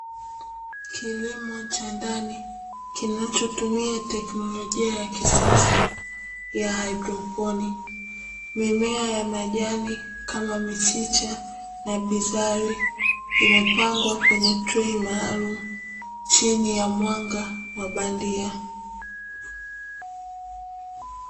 Kilimo cha ndani kinachotumia teknlojia ya kisasa ya haidroponi. Mimea ya majani kama michicha na binzari imepangwa kwenye trei maalumu chini ya mwanga wa bandia.